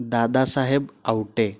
Dadasaheb Awate